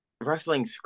wrestling